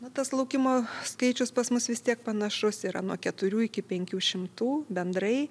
na tas laukimo skaičius pas mus vis tiek panašus yra nuo keturių iki penkių šimtų bendrai